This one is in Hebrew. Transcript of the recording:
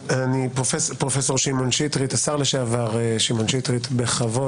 פרופ' שמעון שטרית, השר לשעבר, בכבוד.